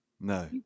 No